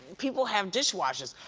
people have dish washers.